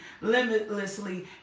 limitlessly